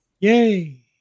Yay